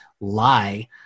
lie